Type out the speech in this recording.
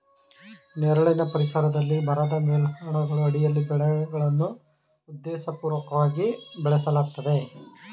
ನೆರಳಿನ ಪರಿಸರದಲ್ಲಿ ಮರದ ಮೇಲಾವರಣಗಳ ಅಡಿಯಲ್ಲಿ ಬೆಳೆಗಳನ್ನು ಉದ್ದೇಶಪೂರ್ವಕವಾಗಿ ಬೆಳೆಸಲಾಗ್ತದೆ